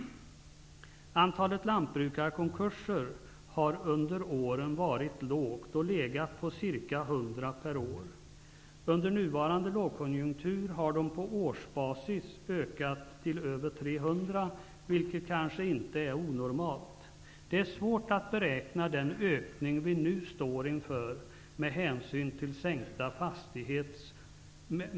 Antalet lantbrukarkonkurser har under åren varit lågt och legat på ca 100 per år. Under nuvarande lågkonjunktur har de på årsbasis ökat till över 300, vilket kanske inte är onormalt. Det är svårt att beräkna den ökning vi nu står inför.